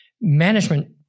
management